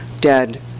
dead